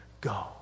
go